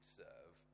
serve